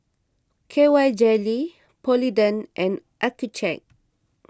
K Y Jelly Polident and Accucheck